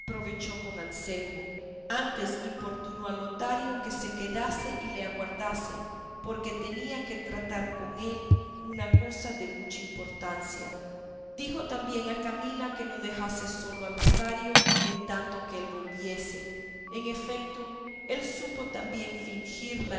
aprovechó con anselmo antes importunó a lotario que se quedase y le aguardase porque tenía que tratar con él una cosa de mucha importancia dijo también a camila que no dejase solo a lotario en tanto que él volviese en efeto él supo tan bien fingir